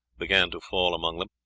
began to fall among them.